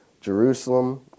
Jerusalem